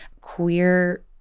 Queer